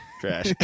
Trash